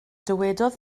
dywedodd